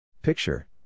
Picture